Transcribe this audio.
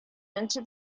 into